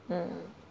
mm